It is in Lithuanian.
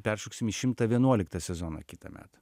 peršoksim į šimtą vienuoliktą sezoną kitąmet